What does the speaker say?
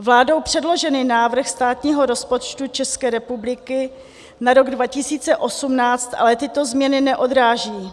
Vládou předložený návrh státního rozpočtu České republiky na rok 2018 ale tyto změny neodráží.